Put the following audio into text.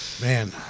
Man